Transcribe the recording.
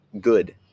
good